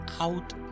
out